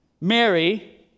Mary